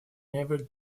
never